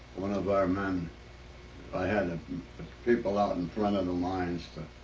one of our men i had people out in front of the mines to